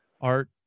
art